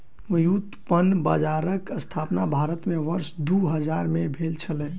व्युत्पन्न बजारक स्थापना भारत में वर्ष दू हजार में भेल छलै